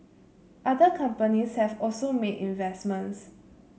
other companies have also made investments